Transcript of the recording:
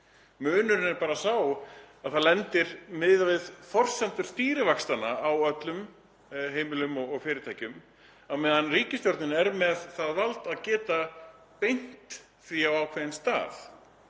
Munurinn er bara sá að það lendir, miðað við forsendur stýrivaxta, á öllum heimilum og fyrirtækjum á meðan ríkisstjórnin er með það vald að geta beint álaginu á ákveðinn stað